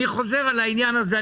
אני חוזר על העניין הזה.